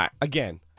Again